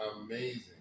Amazing